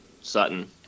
Sutton